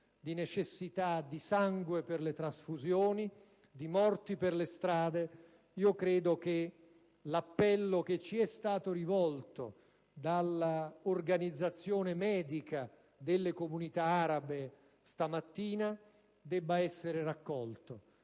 di necessità di sangue per le trasfusioni, di morti per le strade. Io credo che l'appello che ci è stato rivolto dalla organizzazione medica delle comunità arabe stamattina debba essere raccolto.